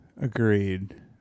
Agreed